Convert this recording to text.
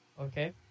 okay